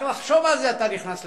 רק לחשוב על זה אתה נכנס לפוסט-טראומה,